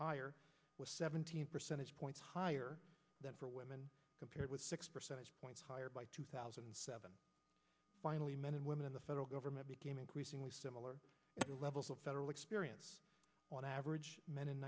higher with seventeen percentage points higher than for women compared with six percentage points higher by two thousand and seven finally men and women in the federal government became increasingly similar to levels of federal experience on average men in